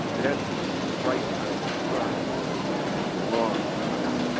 it has to be the right kind of crime, or what we might think as the wrong kind,